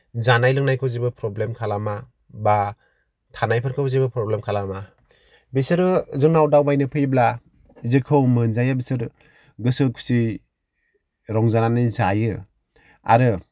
जानाय लोंनायखौ देबो प्रब्लेम खालामा बा थानायफोरखौबो जेबो प्रब्लेम खालामा बिसोरो जोंनाव दावबायनो फैयोब्ला जिखौ मोनजायो बिसोरो गोसो खुसियै रंजानानै जायो आरो